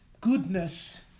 goodness